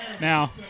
Now –